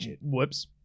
Whoops